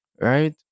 Right